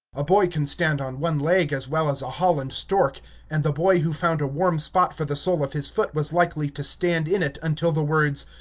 a boy can stand on one leg as well as a holland stork and the boy who found a warm spot for the sole of his foot was likely to stand in it until the words,